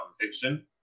fiction